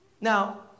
Now